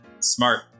Smart